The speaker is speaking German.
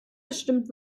bestimmt